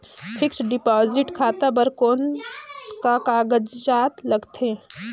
Fixed deposit खाता बर कौन का कागजात लगथे?